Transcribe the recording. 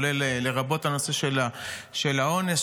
לרבות הנושא של האונס,